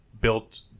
built